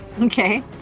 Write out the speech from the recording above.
Okay